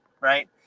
right